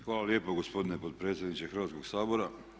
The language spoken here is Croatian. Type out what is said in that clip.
Hvala lijepo gospodine potpredsjedniče Hrvatskog sabora.